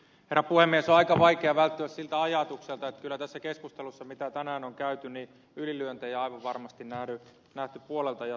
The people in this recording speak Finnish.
on aika vaikeaa välttyä siltä ajatukselta että kyllä tässä keskustelussa mitä tänään on käyty ylilyöntejä aivan varmasti on nähty puolelta ja toiselta